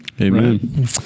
amen